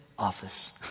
office